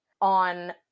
on